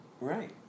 right